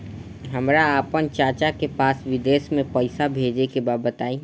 हमरा आपन चाचा के पास विदेश में पइसा भेजे के बा बताई